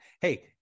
Hey